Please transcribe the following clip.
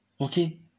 Okay